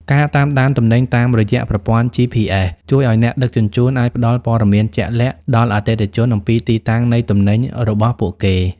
ការតាមដានទំនិញតាមរយៈប្រព័ន្ធ GPS ជួយឱ្យអ្នកដឹកជញ្ជូនអាចផ្តល់ព័ត៌មានជាក់លាក់ដល់អតិថិជនអំពីទីតាំងនៃទំនិញរបស់ពួកគេ។